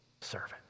servant